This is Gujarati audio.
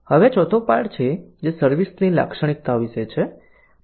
હવે આ ચોથો પાઠ છે જે સર્વિસ ની લાક્ષણિકતાઓ વિશે છે